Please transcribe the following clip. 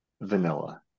vanilla